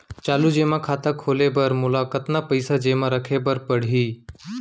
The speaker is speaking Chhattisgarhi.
चालू जेमा खाता खोले बर मोला कतना पइसा जेमा रखे रहे बर पड़ही?